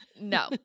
No